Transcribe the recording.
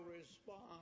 respond